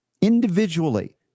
individually